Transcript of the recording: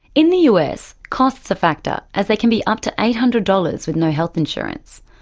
in the us, cost is a factor as they can be up to eight hundred dollars with no health insurance.